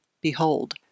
Behold